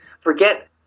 forget